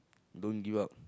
don't give up